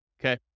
Okay